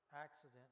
accident